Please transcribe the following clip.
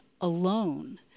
alone